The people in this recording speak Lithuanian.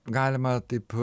galima taip